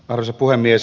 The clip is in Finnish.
arvoisa puhemies